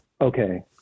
Okay